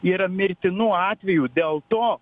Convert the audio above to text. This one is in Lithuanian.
yra mirtinų atvejų dėl to